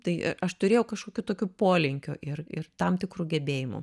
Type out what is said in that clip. tai a aš turėjau kažkokių tokių polinkių ir ir tam tikrų gebėjimų